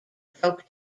broke